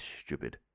stupid